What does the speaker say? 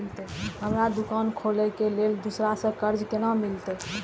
हमरा दुकान खोले के लेल दूसरा से कर्जा केना मिलते?